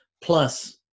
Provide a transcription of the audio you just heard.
plus